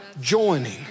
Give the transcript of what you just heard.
joining